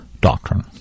doctrine